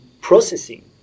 processing